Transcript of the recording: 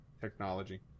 technology